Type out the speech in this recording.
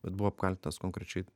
bet buvo apkaltintas konkrečiai